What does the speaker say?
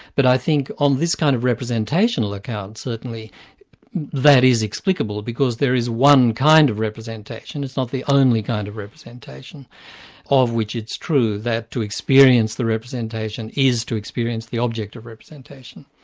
but i think on this kind of representational account certainly that is explicable, because there is one kind of representation, it's not the only kind of representation of which it's true that to experience the representation is to experience the object of representation.